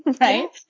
Right